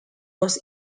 was